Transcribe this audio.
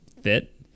fit